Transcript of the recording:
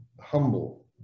humble